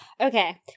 Okay